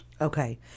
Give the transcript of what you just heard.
Okay